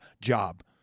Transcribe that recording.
job